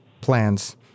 plans